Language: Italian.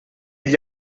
gli